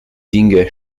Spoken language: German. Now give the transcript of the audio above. dinge